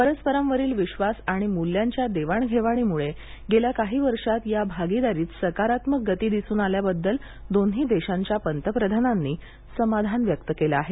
परस्परांवरील विश्वास आणि मूल्यांच्या देवाणघेवाणीमुळे गेल्या काही वर्षात या भागीदारीत सकारात्मक गती दिसून आल्याबद्दल दोन्ही देशांच्या पंतप्रधानांनी समाधान व्यक्त केलं आहे